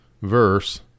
verse